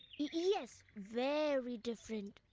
yes. very different.